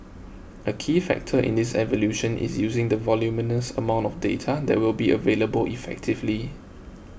a key factor in this evolution is using the voluminous amount of data that will be available effectively